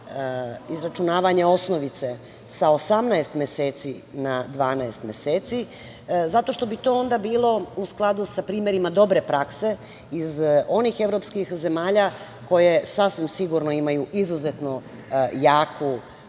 izračunavanje osnovice sa 18 meseci na 12 meseci. To bi onda bilo u skladu sa primerima dobre prakse iz onih evropskih zemalja koje sasvim sigurno imaju izuzetno jaku